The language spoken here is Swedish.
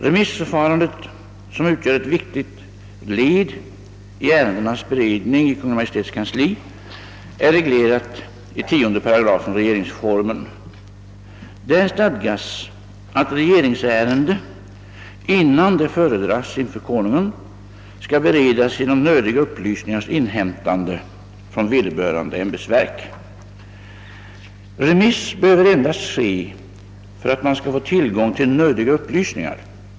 Remissförfarandet, som utgör ett viktigt led i ärendens beredning i Kungl. Maj:ts kansli, är reglerat i 810 RF. Där stadgas att regeringsärende, innan det föredrages för Konungen, skall beredas genom nödiga upplysningars inhämtande från vederbörande ämbetsverk. Remiss behöver endast ske för att man skall få tillgång till »nödiga upplysningar».